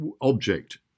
object